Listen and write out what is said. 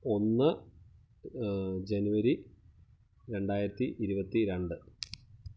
ഒന്ന് ജനുവരി രണ്ടായിരത്തി ഇരുപത്തി രണ്ട്